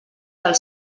del